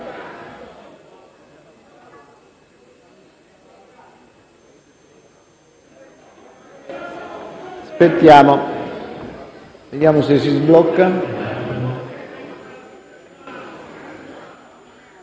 attimo, vediamo se si sblocca.